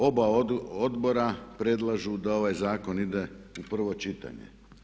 Oba odbora predlažu da ovaj zakon ide u prvo čitanje.